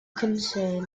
concerned